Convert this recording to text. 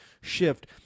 shift